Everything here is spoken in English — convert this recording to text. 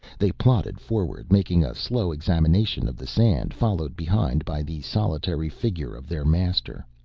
they plodded forward, making a slow examination of the sand, followed behind by the solitary figure of their master.